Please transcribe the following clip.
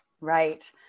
Right